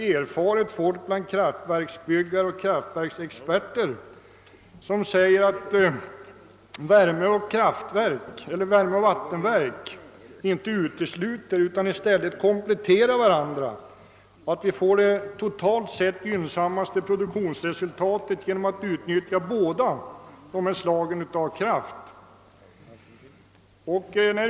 Erfaret folk bland kraftverksbyggare och kraftverksexperter säger att värmeoch vattenverk inte utesluter utan i stället kompletterar varandra och att vi får det totalt sett gynnsammaste produktionsresultatet genom att utnyttja båda slagen av kraft.